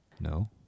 No